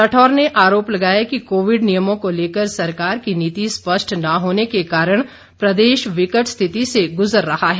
राठौर ने आरोप लगाया कि कोविड नियमों को लेकर सरकार की नीति स्पष्ट न होने के कारण प्रदेश विकट स्थिति से गुजर रहा है